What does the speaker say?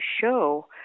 show